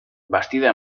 bastida